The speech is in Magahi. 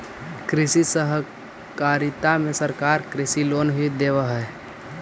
कृषि सहकारिता में सरकार कृषि लोन भी देब हई